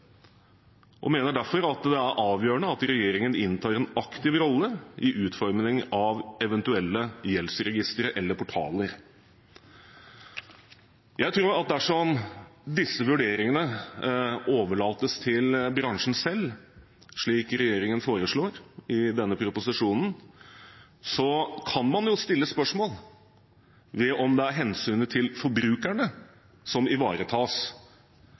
og mener derfor det er avgjørende at regjeringen inntar en aktiv rolle i utforming av eventuelle gjeldsregistre eller portaler. Jeg tror at dersom disse vurderingene overlates til bransjen selv, slik regjeringen foreslår i denne proposisjonen, kan man stille spørsmål ved om det er hensynet til forbrukerne som ivaretas,